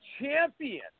champion